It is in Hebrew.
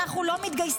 אנחנו לא מתגייסים.